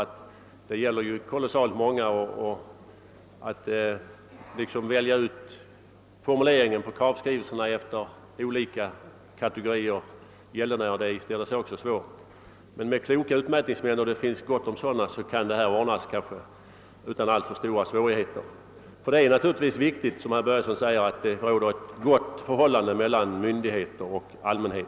Kravbreven skall skickas ut till oerhört många skattebetalare och att välja ut vilken formulering som skall användas till olika kategorier gäldenärer är svårt. Men med kloka utmätningsmän — och det finns gott om sådana — bör problemet kunna lösas utan alltför stora svårigheter. Det är naturligtvis viktigt, som herr Börjesson i Falköping säger, att det råder ett gott förhållande mellan myndigheter och allmänhet.